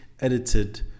edited